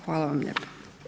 Hvala vam lijepa.